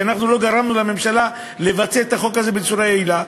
שאנחנו לא גרמנו לממשלה לבצע את החוק הזה בצורה יעילה,